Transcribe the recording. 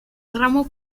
ramo